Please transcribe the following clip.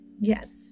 Yes